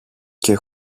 και